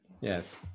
yes